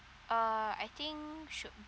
uh I think should